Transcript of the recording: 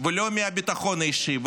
ולא מהביטחון האישי.